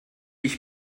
ich